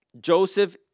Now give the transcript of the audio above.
Joseph